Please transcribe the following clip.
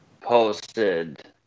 posted